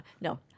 No